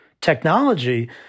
technology